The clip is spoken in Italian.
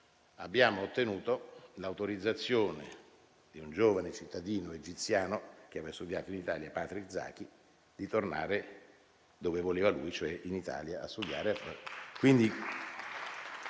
abbiamo ottenuto l'autorizzazione, per un giovane cittadino egiziano che aveva studiato in Italia, Patrick Zaki, a tornare dove voleva lui, cioè in Italia a studiare.